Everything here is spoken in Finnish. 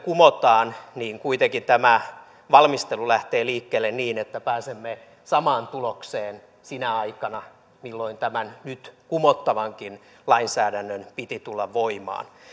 kumotaan niin kuitenkin tämä valmistelu lähtee liikkeelle niin että pääsemme samaan tulokseen sinä aikana milloin tämän nyt kumottavankin lainsäädännön piti tulla voimaan